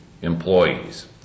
Employees